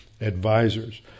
advisors